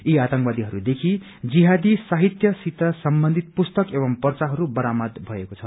यी आंतकवादीहरूदेखि जिहादी साहित्यसित सम्बन्धित पुस्तक एव पर्चाहरू बरामद भएको छ